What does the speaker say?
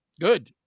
Good